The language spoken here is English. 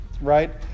right